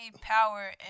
power